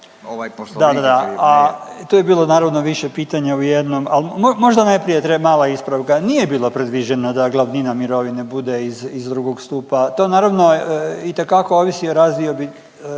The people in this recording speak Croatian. da, da, da. Tu je bilo naravno više pitanja u jednom ali, možda najprije treba mala ispravka. Nije bilo predviđeno da glavnina mirovine bude iz, iz 2. stupa. To naravno itekako ovisi o razdiobi